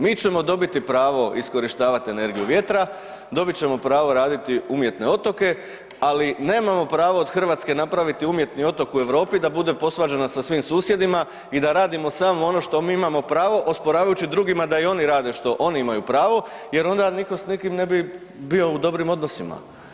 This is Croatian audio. Mi ćemo dobiti pravo iskorištavati energiju vjetra, dobit ćemo pravo raditi umjetne otoke, ali nemamo pravo od Hrvatske napraviti umjetni otok u Europi da bude posvađana sa svim susjedima i da radimo samo ono što mi imamo pravo osporavajući drugima da i oni rade što oni imaju pravo jer onda niko s nikim ne bi bio u dobrim odnosima.